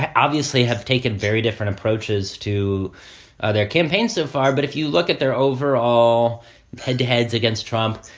ah obviously have taken very different approaches to ah their campaigns so far. but if you look at their overall head to heads against trump,